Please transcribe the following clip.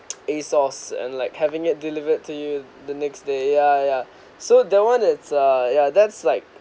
a source and like having it delivered to you the next day ya ya so that one is uh ya that's like